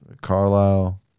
Carlisle